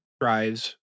drives